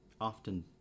often